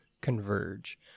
converge